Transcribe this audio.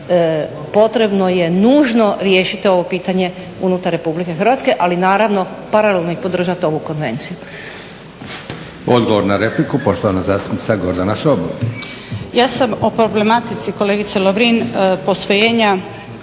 potrebno je nužno riješiti ovo pitanje unutar RH, ali naravno paralelno i podržati ovu konvenciju.